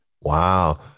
Wow